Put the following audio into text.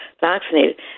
vaccinated